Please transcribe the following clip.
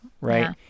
right